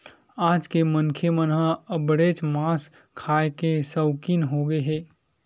आज के मनखे मन ह अब्बड़ेच मांस खाए के सउकिन होगे हे